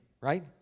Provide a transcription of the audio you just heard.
right